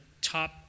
top